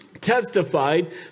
testified